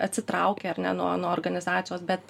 atsitraukia ar ne nuo nuo organizacijos bet